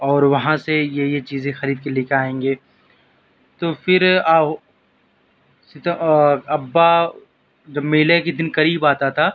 اور وہاں سے یہ یہ چیزیں خرید کے لے کے آئیں گے تو پھر آؤ اور ابّا جب میلے کے دن قریب آتا تھا